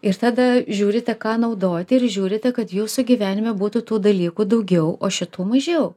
ir tada žiūrite ką naudoti ir žiūrite kad jūsų gyvenime būtų tų dalykų daugiau o šitų mažiau